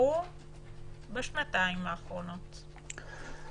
נפתחו בשנתיים האחרונות?